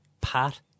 Pat